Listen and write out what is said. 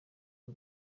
y’u